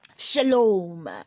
Shalom